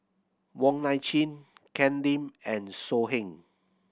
Wong Nai Chin Ken Lim and So Heng